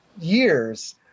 years